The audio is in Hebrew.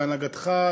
בהנהגתך,